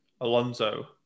Alonso